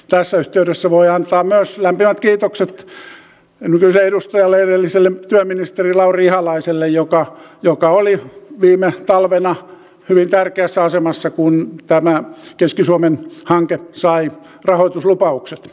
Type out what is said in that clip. tässä yhteydessä voi antaa myös lämpimät kiitokset nykyiselle edustajalle edelliselle työministeri lauri ihalaiselle joka oli viime talvena hyvin tärkeässä asemassa kun tämä keski suomen hanke sai rahoituslupaukset